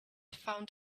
found